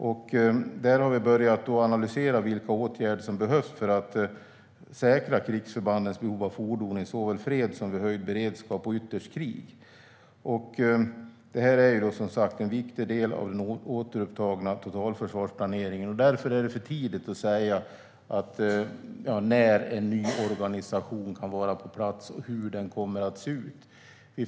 Vi har börjat att analysera vilka åtgärder som behövs för att säkra krigsförbandens behov av fordon såväl i fred som vid höjd beredskap och ytterst i krig. Detta är, som sagt, en viktig del av den återupptagna totalförsvarsplaneringen. Därför är det för tidigt att säga när en ny organisation kan vara på plats och hur den kommer att se ut.